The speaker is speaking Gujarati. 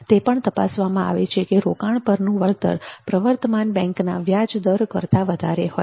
તે પણ તપાસવામાં આવે છે કે રોકાણ પરનું વળતર પ્રવર્તમાન બેંકના વ્યાજ દર કરતાં વધારે હોય